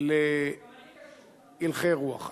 להלכי רוח.